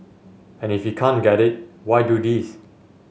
and if he can't get it why do this